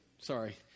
Sorry